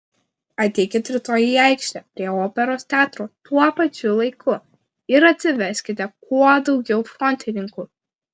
ateikit rytoj į aikštę prie operos teatro tuo pačiu laiku ir atsiveskite kuo daugiau frontininkų